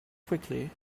quickly